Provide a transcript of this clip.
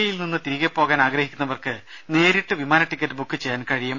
ഇയിൽ നിന്ന് തിരികെ പോകാൻ ആഗ്രഹിക്കുന്നവർക്ക് നേരിട്ട് വിമാന ടിക്കറ്റ് ബുക്ക് ചെയ്യാൻ കഴിയും